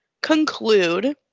conclude